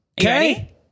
Okay